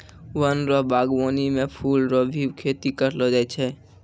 वन रो वागबानी मे फूल रो भी खेती करलो जाय छै